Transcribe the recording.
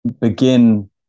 begin